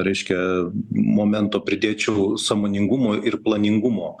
reiškia momento pridėčiau sąmoningumo ir planingumo